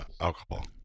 alcohol